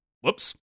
Whoops